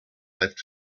left